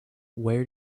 where